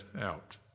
out